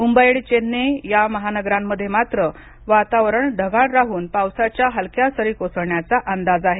मुंबई आणि चेन्नई या महानगरांमध्ये मात्र वातावरण ढगाळ राहून पावसाच्या हलक्या सरी कोसळण्याचा अंदाज आहे